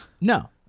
No